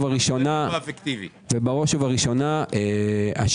ובראש ובראשונה,